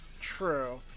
True